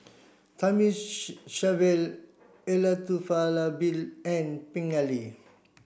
Elattuvalapil and Pingali